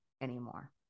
anymore